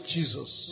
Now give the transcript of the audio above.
Jesus